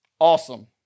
Awesome